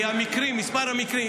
כי מספר המקרים,